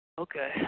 Okay